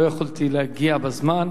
לא יכולתי להגיע בזמן.